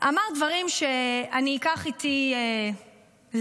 -- אמר דברים שאני אקח איתי לעד.